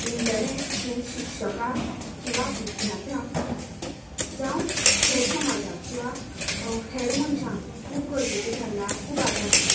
internet ही शिक्षकांक किंवां विद्यार्थ्यांक जावं हेर समाजाक किंवां हेर मनशाक खूब गरजेचें थारलां खूब आदार दिता